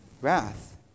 wrath